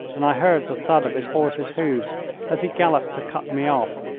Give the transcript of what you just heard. and i heard the thud of his horse's hoofs as he galloped to cut me off.